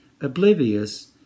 oblivious